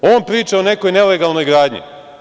On priča o nekoj nelegalnoj gradnji.